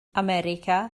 america